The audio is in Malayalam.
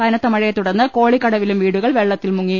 കനത്ത മഴയെ തുടർന്ന് കോളിക്കടവിലും വീടുകൾ വെള്ളത്തിൽ മുങ്ങി